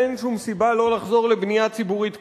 אין שום סיבה לא לחזור לבנייה ציבורית כזאת.